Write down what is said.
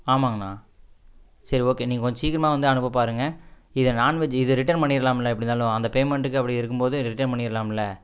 ஆமாங்கண்ணா சரி ஓகே நீங்கள் கொஞ்சம் சீக்கிரமாக வந்து அனுப்ப பாருங்க இத நாண்வெஜ்ஜு இதை ரிட்டர்ன் பண்ணிடலாம்முல எப்படி இருந்தாலும் அந்த பேமண்ட்டுக்கு அப்படி இருக்கும் போது ரிட்டர்ன் பண்ணிடலாம்முல